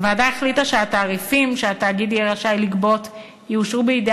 הוועדה החליטה שהתעריפים שהתאגיד יהיה רשאי לגבות יאושרו בידי